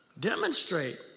demonstrate